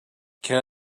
can